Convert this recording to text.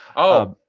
oh,